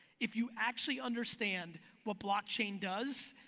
if you actually understand what blockchain does,